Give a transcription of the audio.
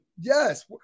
yes